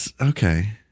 okay